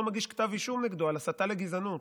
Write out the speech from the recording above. מגיש כתב אישום נגדו על הסתה לגזענות.